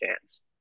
chance